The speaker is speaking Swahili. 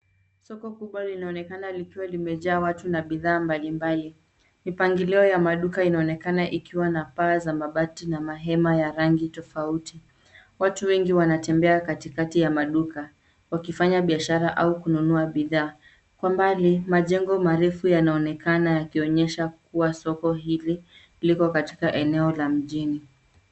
Soko kubwa linaonekana likiwa limejaa watu na bidhaa mbalimbali. Mipangilio ya maduka inaonekana ikiwa na paa za mabati na mahema ya rangi tofauti. Watu wengi wanatembea katikati ya maduka wakifanya biashara au kununua bidhaa. Kwa mbali majengo marefu yanaonekana yakionyesha kuwa soko hili liko katika eneo la mjini.